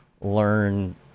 learn